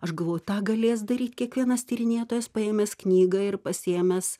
aš galvojau tą galės daryt kiekvienas tyrinėtojas paėmęs knygą ir pasiėmęs